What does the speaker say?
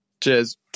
Cheers